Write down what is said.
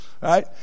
right